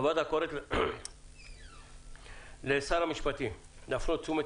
הוועדה קוראת לשר המשפטים להפנות את תשומת